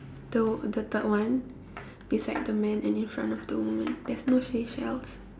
the the third one beside the man and in front of the woman there's no seashells